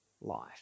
life